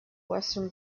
western